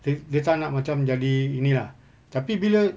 dia dia tak nak macam jadi ini lah tapi bila